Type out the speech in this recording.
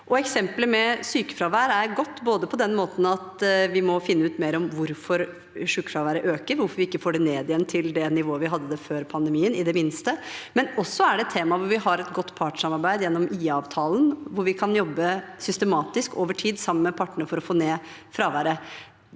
Eksempelet med sykefraværet er godt både på den måten at vi må finne ut mer om hvorfor sykefraværet øker, hvorfor vi ikke får det ned igjen til det nivået vi hadde før pandemien – i det minste. Det er også et tema at vi har et godt partssamarbeid gjennom IA-avtalen, hvor vi kan jobbe systematisk over tid sammen med partene for å få ned fraværet.